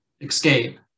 escape